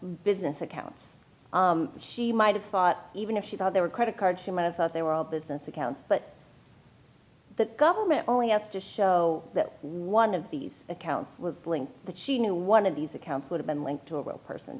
business accounts she might have thought even if she thought they were credit card human and thought they were all business accounts but the government only have to show that one of these accounts link that she knew one of these accounts would have been linked to a real person